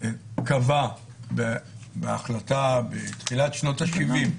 קבע בהחלטה בתחילת שנות השבעים,